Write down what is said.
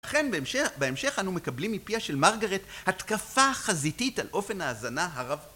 ולכן בהמשך אנו מקבלים מפיה של מרגרט התקפה חזיתית על אופן ההזנה הרב